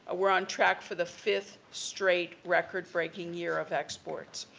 ah we're on track for the fifth straight record breaking year of exports.